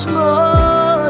more